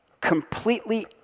completely